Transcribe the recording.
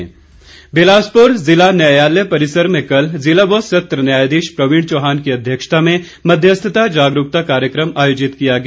जागरूकता कार्यक्रम बिलासपुर ज़िला न्यायालय परिसर में कल ज़िला व सत्र न्यायाधीश प्रवीण चौहान की अध्यक्षता में मध्यस्थता जागरूकता कार्यक्रम आयोजित किया गया